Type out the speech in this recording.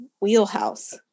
wheelhouse